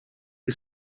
que